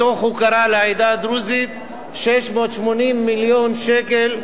מתוך הוקרה לעדה הדרוזית, 680 מיליון שקל,